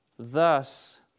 Thus